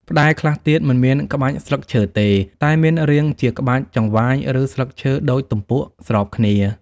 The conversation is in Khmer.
ផ្តែរខ្លះទៀតមិនមានក្បាច់ស្លឹកឈើទេ តែមានរាងជាក្បាច់ចង្វាយឬស្លឹកឈើដូចទម្ពក់ស្របគ្នា។